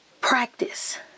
practice